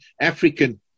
African